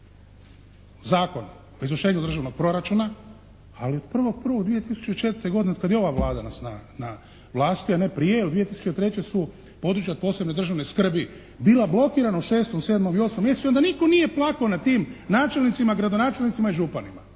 Zakon o izvršenju državnog proračuna, ali od 1.1.2004. godine od kad je ova Vlada na vlasti, a ne prije jer 2003. su područja od posebne državne skrbi bila blokirana u 6., 7. i 8. mjesecu i onda nitko nije plakao nad tim načelnicima, gradonačelnicima i županima.